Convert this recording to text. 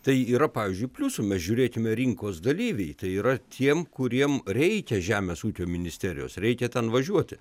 tai yra pavyzdžiui pliusų mes žiūrėkime rinkos dalyviai tai yra tiem kuriem reikia žemės ūkio ministerijos reikia ten važiuoti